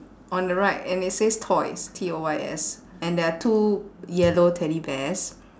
on the right and it says toys T O Y S and there are two yellow teddy bears